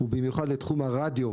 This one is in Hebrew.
ובמיוחד לתחום הרדיו,